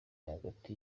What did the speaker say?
hagati